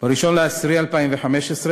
ב-1 באוקטובר 2015,